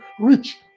rich